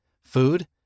Food